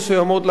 להחזיר.